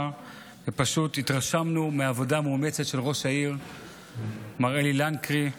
פשוט התרשמנו מהעבודה המאומצת של ראש העיר מר אלי לנקרי,